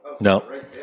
No